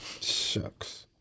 Shucks